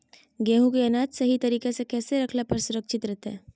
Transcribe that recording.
गेहूं के अनाज सही तरीका से कैसे रखला पर सुरक्षित रहतय?